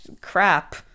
Crap